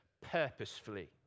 purposefully